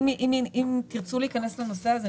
אם תרצו להיכנס לנושא הזה,